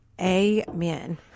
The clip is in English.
Amen